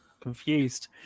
confused